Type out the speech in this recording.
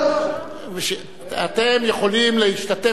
אתם יכולים להשתתף,